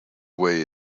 way